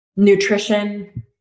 nutrition